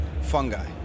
fungi